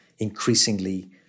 increasingly